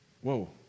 whoa